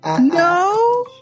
No